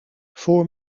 voor